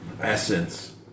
Essence